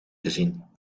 gezien